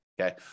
Okay